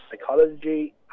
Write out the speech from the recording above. psychology